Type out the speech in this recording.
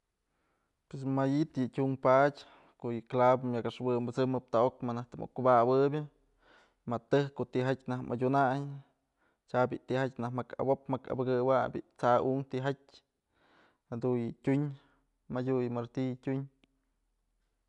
Pues mayit yë tyun padyë ko'o yë clavo myak ëxwënpësëmëp taok manaj të muk kubawëbyë ma tëjk ko'o tijatyë najk madyunayn tya bi'i tijatyë naj jakawop apëkëwayn bi'i t'sa unkë tijatyë jadun yë tyun madyu yë martillo tyun.